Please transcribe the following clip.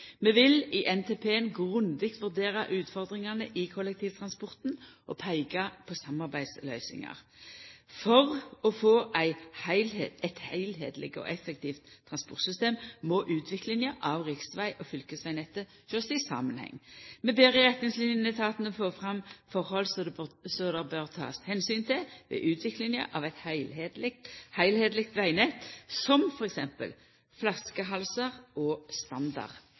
vil i NTP grundig vurdera utfordringane i kollektivtransporten og peika på samarbeidsløysingar. For å få eit heilskapleg og effektivt transportsystem må utviklinga av riksveg- og fylkesvegnettet sjåast i samanheng. Vi ber i retningslinene etatane få fram forhold som det bør takast omsyn til ved utviklinga av eit heilskapleg vegnett, som f.eks. flaskehalsar og